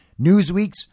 Newsweek's